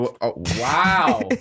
Wow